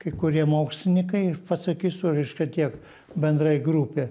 kai kurie mokslininkai ir pasakysiu reiškia tiek bendrai grupė